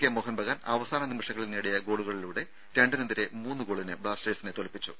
K Mohun Bagan അവസാന നിമിഷങ്ങളിൽ നേടിയ ഗോളുകളിലൂടെ രണ്ടിനെതിരെ മൂന്ന് ഗോളിന് ബ്ലാസ്റ്റേഴ്സിനെ തോൽപ്പിച്ചു